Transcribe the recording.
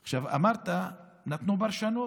אמרת: נתנו פרשנות.